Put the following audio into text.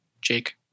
Jake